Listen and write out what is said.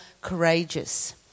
courageous